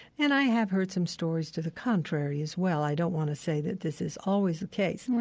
and i have heard some stories to the contrary as well. i don't want to say that this is always the case,